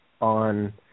on